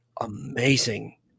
amazing